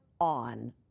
on